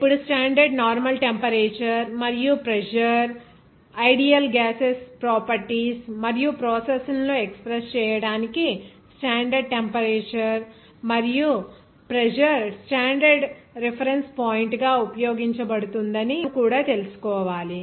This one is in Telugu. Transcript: ఇప్పుడు స్టాండర్డ్ నార్మల్ టెంపరేచర్ మరియు ప్రెజర్ ఐడిఎల్ గ్యాసెస్ ప్రాపర్టీస్ మరియు ప్రాసెస్ లను ఎక్స్ ప్రెస్ చేయటానికి స్టాండర్డ్ టెంపరేచర్ మరియు ప్రెజర్ స్టాండర్డ్ రిఫరెన్స్ పాయింట్ గా ఉపయోగించబడుతుందని మనము కూడా తెలుసుకోవాలి